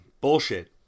bullshit